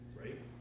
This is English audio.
right